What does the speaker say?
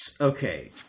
Okay